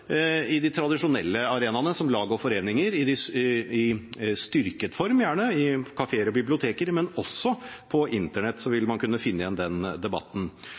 i de tradisjonelle arenaene som lag og foreninger, i styrket form, gjerne i kafeer og biblioteker, men også på Internett vil man kunne finne igjen den debatten.